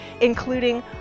including